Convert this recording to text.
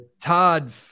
Todd